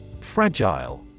Fragile